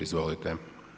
Izvolite.